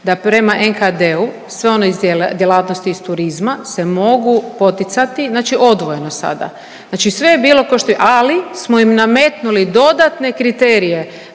da prema NKD-u sve one djelatnosti iz turizma se mogu poticati, znači odvojeno sada. Znači sve je bilo ko što je, ali smo im nametnuli dodatne kriterije